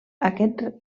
aquest